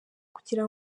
kugira